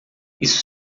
isso